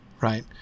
right